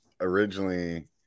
originally